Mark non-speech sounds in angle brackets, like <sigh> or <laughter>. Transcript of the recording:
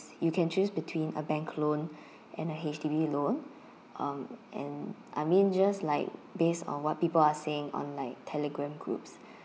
you can choose between a bank loan <breath> and a H_D_B loan um and I mean just like based on what people are saying on like telegram groups <breath>